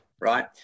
right